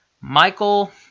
Michael